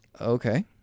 Okay